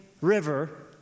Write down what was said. river